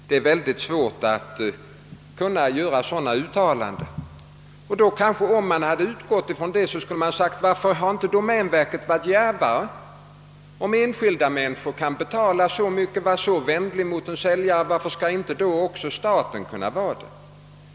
Det är mycket svårt att göra sådana uttalanden. Om man skulle utgå från ett sådant resonemang, borde man ha frågat varför inte domänverket varit djärvare. Om enskilda människor kan betala så mycket och vara så vänliga mot en säljare, varför skall inte då staten kunna det?